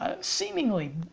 seemingly